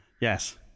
Yes